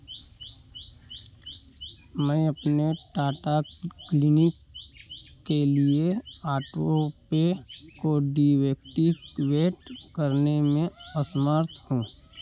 मैं अपने टाटा क्लिनिक के लिए आटोपे को डीवेक्टिवेट करने में असमर्थ हूँ